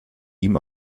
ihm